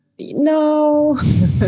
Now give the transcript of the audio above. no